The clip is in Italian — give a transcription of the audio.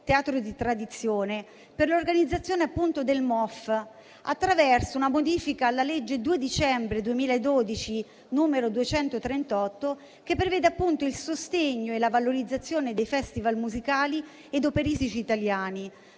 Teatro di tradizione, per l'organizzazione appunto del MOF, attraverso una modifica alla legge 2 dicembre 2012, n. 238, che prevede appunto il sostegno e la valorizzazione dei festival musicali ed operistici italiani,